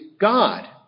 God